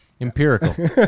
Empirical